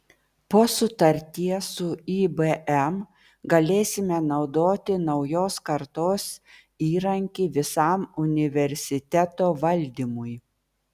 po sutarties su ibm galėsime naudoti naujos kartos įrankį visam universiteto valdymui